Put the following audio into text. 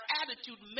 attitude